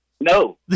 No